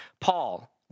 Paul